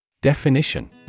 Definition